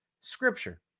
scripture